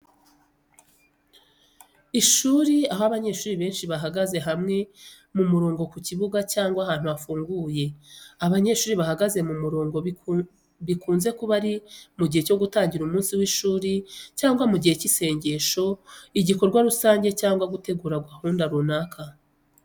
Ishuri aho abanyeshuri benshi bahagaze hamwe mu murongo ku kibuga cyangwa ahantu hafunguye. Abanyeshuri bahagaze mu murongo bikunze kuba ari mu gihe cyo gutangira umunsi w’ishuri cyangwa mu gihe cy’isengesho igikorwa rusange cyangwa gutegura gahunda runaka.